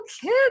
kids